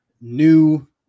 new